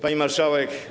Pani Marszałek!